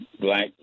black